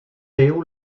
veu